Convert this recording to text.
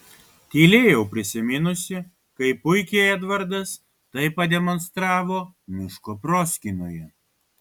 tylėjau prisiminusi kaip puikiai edvardas tai pademonstravo miško proskynoje